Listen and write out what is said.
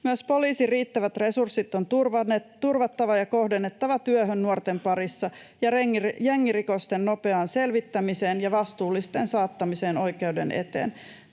Myös poliisin riittävät resurssit on turvattava ja kohdennettava työhön nuorten parissa sekä jengirikosten nopeaan selvittämiseen ja vastuullisten saattamiseen oikeuden eteen.